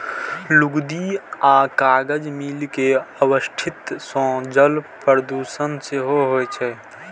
लुगदी आ कागज मिल के अवशिष्ट सं जल प्रदूषण सेहो होइ छै